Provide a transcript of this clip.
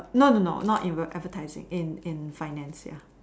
no no no not in advertising in in finance ya